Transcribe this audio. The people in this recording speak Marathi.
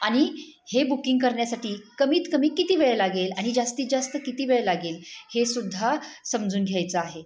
आणि हे बुकिंग करण्यासाठी कमीत कमी किती वेळ लागेल आणि जास्तीत जास्त किती वेळ लागेल हे सुद्धा समजून घ्यायचं आहे